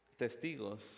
testigos